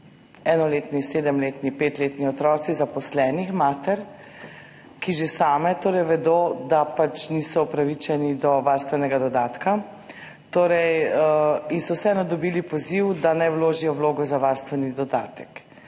Enoletni, sedemletni, petletni otroci zaposlenih mater, ki že same vedo, da niso upravičene do varstvenega dodatka, a so vseeno dobile poziv, da naj vložijo vlogo za varstveni dodatek.